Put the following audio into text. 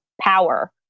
power